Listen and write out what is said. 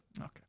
Okay